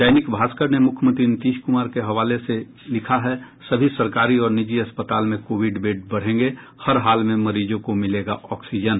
दैनिक भास्कर ने मुख्यमंत्री नीतीश कुमार के हवाले से लिखा है सभी सरकारी और निजी अस्पताल में कोविड बेड बढ़ेंगे हर हाल में मरीजों को मिलेगा ऑक्सीजन